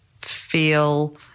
feel